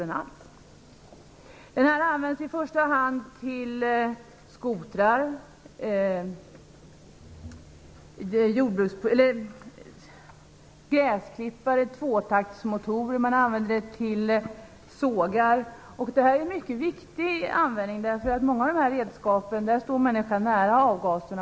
Akrylatbensin används i första hand till skotrar, till gräsklippare, till tvåtaktsmotorer och till sågar. Det är mycket viktiga användningsområden, därför att många av dessa redskap hanteras på ett sådant sätt att människor står nära avgaserna.